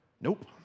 Nope